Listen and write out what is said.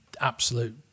absolute